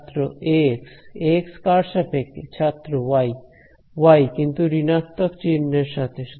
ছাত্র Ax Ax কার সাপেক্ষে ছাত্র y ওয়াই কিন্তু ঋণাত্মক চিহ্ন এর সাথে